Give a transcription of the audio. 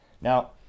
Now